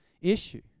issue